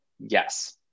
Yes